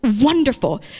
wonderful